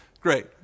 Great